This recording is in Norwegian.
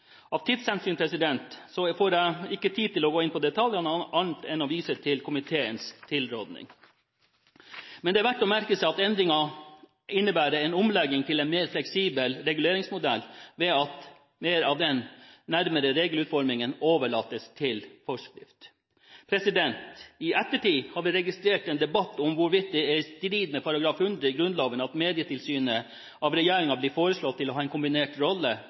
Av tidshensyn får jeg ikke tid til å gå inn på detaljene, annet enn å vise til komiteens tilråding. Men det er verdt å merke seg at endringene innebærer en omlegging til en mer fleksibel reguleringsmodell ved at mer av den nærmere regelutformingen overlates til forskrift. I ettertid har vi registrert en debatt om hvorvidt det er i strid med § 100 i Grunnloven at Medietilsynet av regjeringen blir foreslått til å ha en kombinert rolle